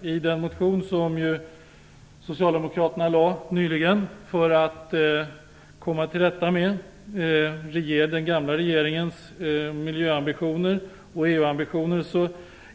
När man läser den motion som socialdemokraterna nyligen lade fram för att komma till rätta med den gamla regeringens miljöambitioner och EU ambitioner